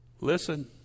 listen